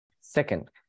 Second